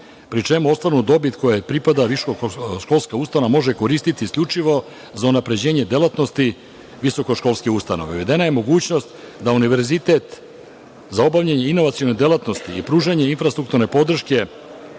pri čemu ostvarenu dobit koja pripada visokoškolskoj ustanovi može koristiti isključivo za unapređenje delatnosti visokoškolske ustanove. Uvedena je mogućnost da univerzitet za obavljanje inovacione delatnosti i pružanje infrastrukturne podrške